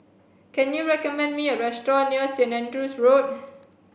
can you recommend me a restaurant near Saint Andrew's Road